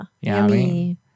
Yummy